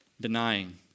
Denying